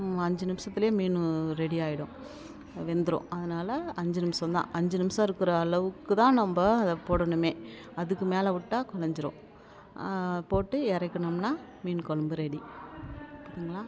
அஞ்சு நிமிஷத்துலேயே மீன் ரெடியாகிடும் வெந்துடும் அதனால் அஞ்சு நிமிஷம் தான் அஞ்சு நிமிஷம் இருக்கிற அளவுக்கு தான் நம்ம அதை போடணும் அதுக்கு மேலே விட்டா கொழைஞ்சிடும் போட்டு இறக்குனோம்னா மீன் கொழம்பு ரெடி ஓகேங்களா